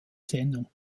sendung